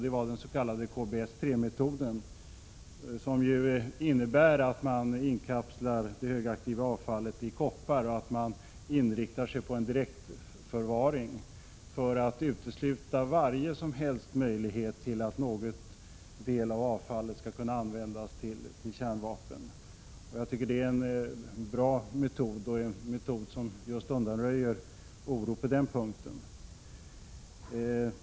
Det var den s.k. KBS 3-metoden, som innebär att man inkapslar det högaktiva avfallet i koppar och inriktar sig på direktförvaring, för att utesluta varje möjlighet att någon del av avfallet skulle kunna användas till kärnvapen. Jag tycker detta är en bra metod. Den undanröjer just oron på den här punkten.